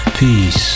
Peace